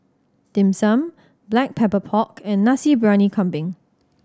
Dim Sum Black Pepper Pork and Nasi Briyani Kambing